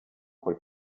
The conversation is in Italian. col